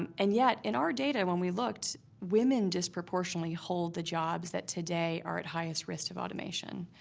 and and yet, in our data, when we looked, women disproportionately hold the jobs that today are at highest risk of automation.